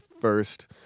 first